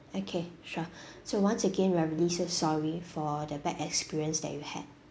okay sure so once again we are really so sorry for the bad experience that you had